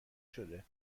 شده